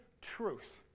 truth